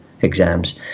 exams